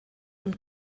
und